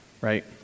right